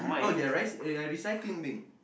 oh their rice eh recycling bin